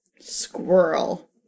Squirrel